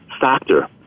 factor